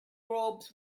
robes